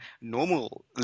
normal